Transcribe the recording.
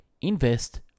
invest